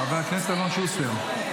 חבר הכנסת אלון שוסטר.